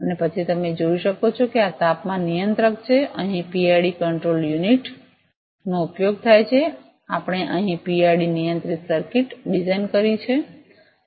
અને પછી તમે જોઈ શકો છો કે આ તાપમાન નિયંત્રક છે અહીં પીઆઈડી કંટ્રોલ યુનિટનો ઉપયોગ થાય છે આપણે અહીં પીઆઈડી નિયંત્રિત સર્કિટ ડિઝાઇન કરી છે